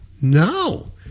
no